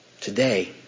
today